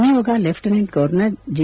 ನಿಯೋಗ lieutenant governor G